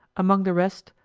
among the rest,